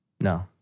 No